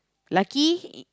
lucky